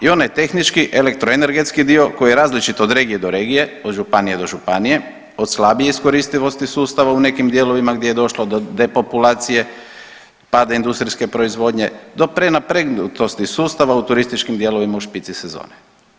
I onaj tehnički elektroenergetski dio koji je različit od regije do regije, od županije do županije od slabije iskoristivosti sustava u nekim dijelovima gdje je došlo do depopulacije, pada industrijske proizvodnje do prenapregnutosti sustava u turističkim dijelovima u špici sezone.